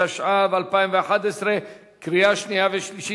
התשע"ב 2011, קריאה שנייה וקריאה שלישית.